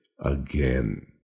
again